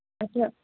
अच्छा